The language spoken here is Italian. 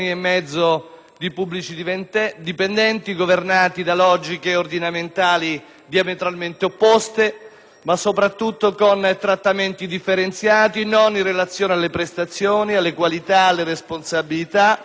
di pubblici dipendenti governati da logiche ordinamentali diametralmente opposte, ma soprattutto con trattamenti differenziati, non in relazione alle prestazioni, alle qualità ed alle responsabilità